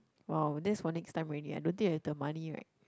!wow! that's for next time already I don't think I have the money right